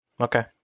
okay